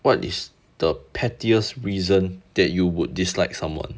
what is the pettiest reason that you would dislike someone